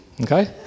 Okay